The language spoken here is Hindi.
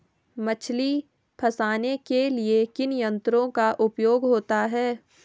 मछली फंसाने के लिए किन यंत्रों का उपयोग होता है?